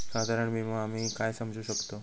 साधारण विमो आम्ही काय समजू शकतव?